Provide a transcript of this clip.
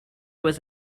was